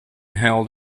held